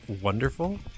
wonderful